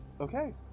okay